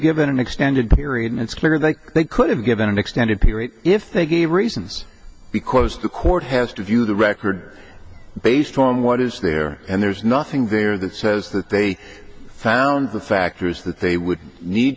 given an extended period and it's clear that they could have given an extended period if they gave reasons because the court has to view the record based on what is there and there's nothing there that says that they found the factors that they would need